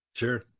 sure